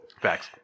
Facts